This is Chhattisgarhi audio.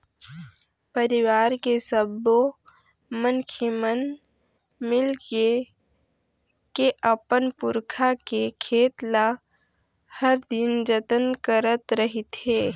परिवार के सब्बो मनखे मन मिलके के अपन पुरखा के खेत ल हर दिन जतन करत रहिथे